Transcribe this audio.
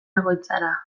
egoitzara